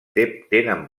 tenen